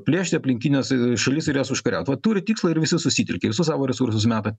plėšti aplinkines šalis ir jas užkariaut vat turi tikslą ir visi susitelkia visus savo resursus meta